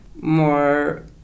more